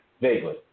vaguely